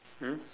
mm